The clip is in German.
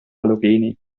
halogene